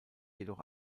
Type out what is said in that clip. jedoch